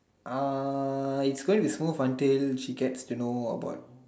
is going to be so frontier she's get to know about